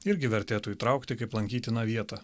irgi vertėtų įtraukti kaip lankytiną vietą